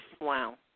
Wow